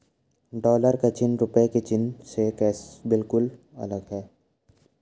dollar का चिन्ह रूपए के चिन्ह से बिल्कुल अलग है